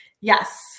Yes